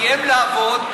סיים לעבוד,